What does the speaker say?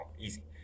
easy